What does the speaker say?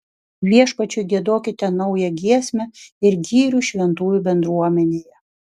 viešpačiui giedokite naują giesmę ir gyrių šventųjų bendruomenėje